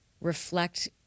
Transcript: reflect